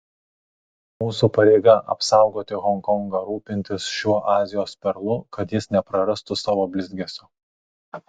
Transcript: mūsų pareiga apsaugoti honkongą rūpintis šiuo azijos perlu kad jis neprarastų savo blizgesio